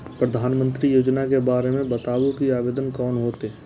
प्रधानमंत्री योजना के बारे मे बताबु की आवेदन कोना हेतै?